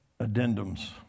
addendums